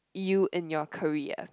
you in your career